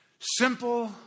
Simple